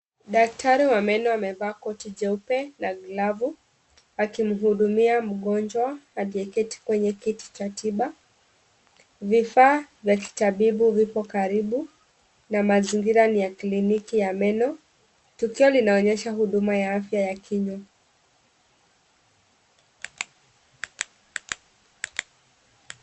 Daktari wa meno amevaa koti jeupe na glavu, akimhudumia mgonjwa aliyeketi kwenye kiti cha tiba, vifaa vya kitabibu vipo karibu na mazingira ni ya kliniki ya meno. Tukio linaonyesha huduma ya afya ya kinywa